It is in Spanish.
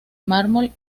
mármol